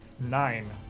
Nine